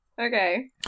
Okay